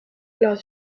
leur